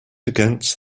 against